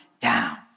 down